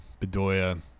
Bedoya